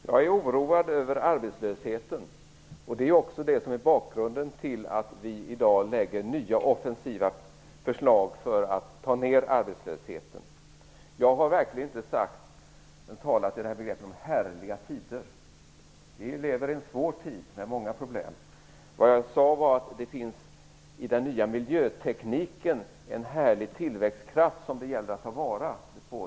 Herr talman! Jag är oroad över arbetslösheten. Det är det som är bakgrunden till att vi i dag lägger fram nya, offensiva förslag för att ta ned arbetslösheten. Jag har verkligen inte talat om några härliga tider. Vi lever i en svår tid med många problem. Vad jag sade var att det i den nya miljötekniken finns en härlig tillväxtkraft som det gäller att ta vara på.